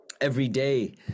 everyday